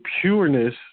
pureness